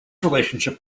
relationship